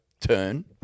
turn